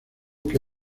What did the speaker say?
que